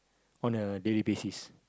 on a daily basis